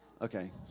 Okay